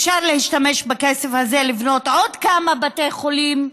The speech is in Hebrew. אפשר להשתמש בכסף הזה לבנות עוד כמה בתי חולים,